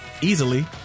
easily